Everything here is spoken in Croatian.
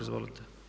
Izvolite.